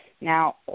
now